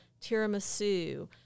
tiramisu